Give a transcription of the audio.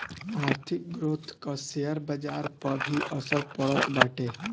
आर्थिक ग्रोथ कअ शेयर बाजार पअ भी असर पड़त बाटे